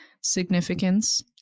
significance